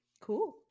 Cool